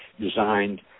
designed